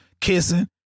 kissing